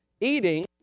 eating